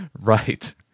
Right